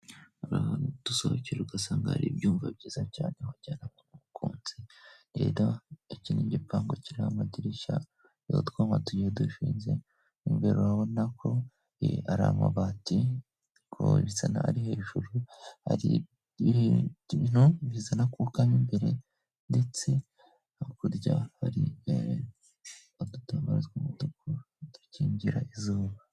Hari ahantudusohokera ugasanga hari ibyumba byiza cyane abajyana mukunzi ewenda nka kino gipangu kiriho amadirishya n'utwuma dushinze imbero wabonako ari amabati ko bisa n'aho ari hejuru, ari ibibyo bizana akuka mo imbere ndetse hakurya hari n'ibikingira izuba.